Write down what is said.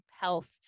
health